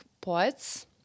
poets